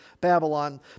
Babylon